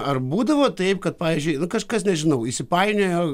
ar būdavo taip kad pavyzdžiui nu kažkas nežinau įsipainiojo